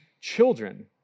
children